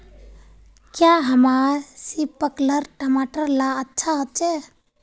क्याँ हमार सिपकलर टमाटर ला अच्छा होछै?